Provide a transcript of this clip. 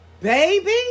baby